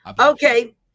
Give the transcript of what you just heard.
Okay